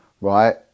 right